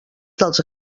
dels